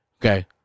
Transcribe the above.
Okay